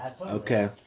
Okay